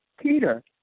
Peter